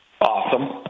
awesome